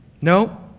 No